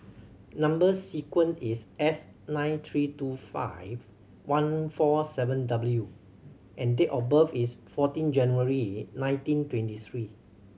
number sequence is S nine three two five one four seven W and date of birth is fourteen January nineteen twenty three